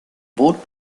bot